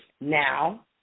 Now